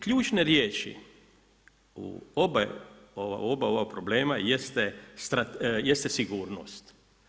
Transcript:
Ključne riječi u oba ova problema jeste sigurnost.